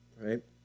right